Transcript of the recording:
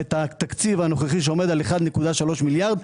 את התקציב הנוכחי שעומד על 1.3 מיליארד,